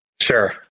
Sure